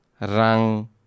rang